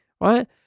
right